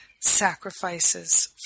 sacrifices